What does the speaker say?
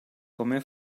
come